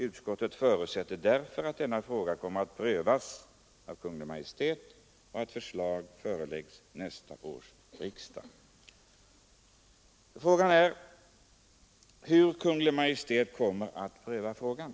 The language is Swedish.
Utskottet förutsätter därför att denna fråga kommer att prövas av Kungl. Maj:t och att förslag föreläggs nästa års riksdag.” Hur kommer då Kungl. Maj:t att pröva frågan?